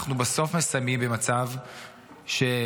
אנחנו בסוף מסיימים במצב שבו